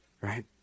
right